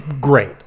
great